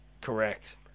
Correct